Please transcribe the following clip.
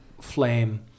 flame